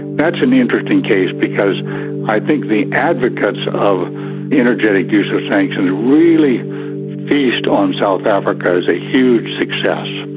that's an interesting case, because i think the advocates of energetic use of sanctions really feast on south africa as a huge success,